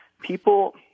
people